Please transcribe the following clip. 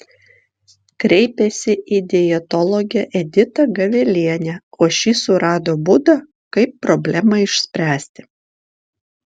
kreipėsi į dietologę editą gavelienę o ši surado būdą kaip problemą išspręsti